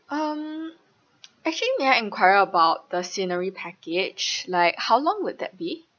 um actually may I enquire about the scenery package like how long would that be